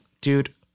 dude